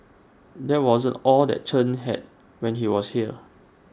that wasn't all that Chen had when he was here